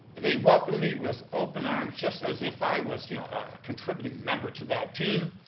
they welcomed me with open arms just as if i was you know, a contributing member to that team.